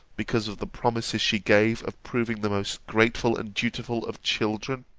because of the promises she gave of proving the most grateful and dutiful of children